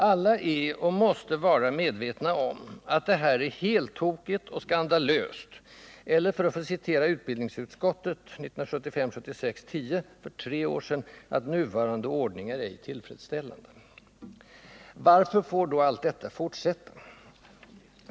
Alla är — och måste vara — medvetna om att detta är heltokigt och skandalöst eller att — för att citera utbildningsutskottets betänkande 1975/ 76:10, alltså för tre år sedan — ”nuvarande ordning är ej tillfredsställande”. Varför får då allt detta fortsätta?